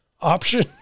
option